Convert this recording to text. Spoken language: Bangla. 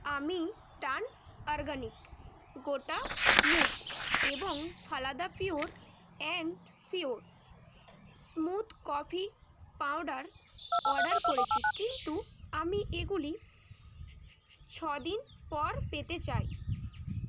আমি টান অরগ্যানিক গোটা মুগ এবং ফালাদা pure and sure smooth coffee powder order করেছি কিন্তু আমি এগুলি ছ দিন পর পেতে চাই